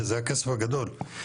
שזה הכסף הגדול,